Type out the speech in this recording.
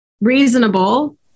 reasonable